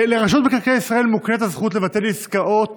לרשות מקרקעי ישראל מוקנית הזכות לבטל עסקאות